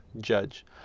judge